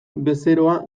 bezeroa